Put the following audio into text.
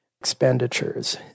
expenditures